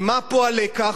ומה פה הלקח?